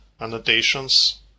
annotations